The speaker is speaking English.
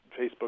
Facebook